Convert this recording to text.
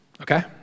okay